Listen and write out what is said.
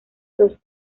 los